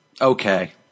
Okay